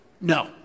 No